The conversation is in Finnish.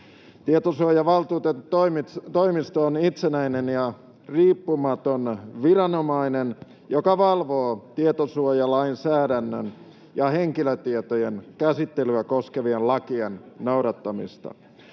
Tietosuojavaltuutetun toimisto on itsenäinen ja riippumaton viranomainen, joka valvoo tietosuojalainsäädännön ja henkilötietojen käsittelyä koskevien lakien noudattamista.